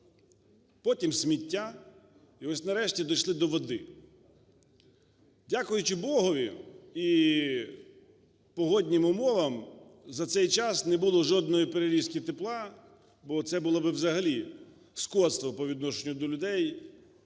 потім сміття, і от, нарешті, дійшли до води. Дякуючи Богові і погодним умовам, за цей час не було жодноїперерізки тепла, бо це було би взагалі скотство по відношенню до людей